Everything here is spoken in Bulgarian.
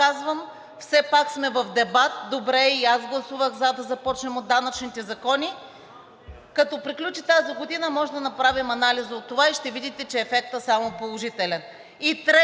все пак сме в дебат и добре и аз гласувах, за да започнем от данъчните закони. Като приключи тази година, можем да направим анализ за това и ще видите, че ефектът е само положителен. И трета